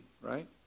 right